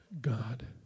God